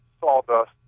sawdust